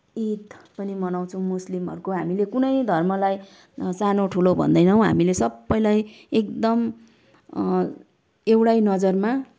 इद पनि मनाउँछौँ मुस्लिमहरूको हामीले कुनै धर्मलाई सानो ठुलो भन्दैनौँ हामीले सबैलाई एकदम एउटै नजरमा